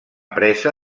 presa